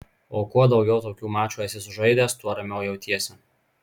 o kuo daugiau tokių mačų esi sužaidęs tuo ramiau jautiesi